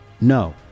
no